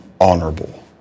honorable